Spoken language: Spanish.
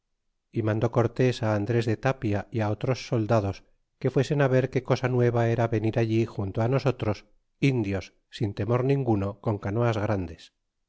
y mande cortés á andres de tapia y á otros soldados que fuesen á ver qué cosa nueva era venir allí junto nosotros indios sin temor ninguno con canoas grandes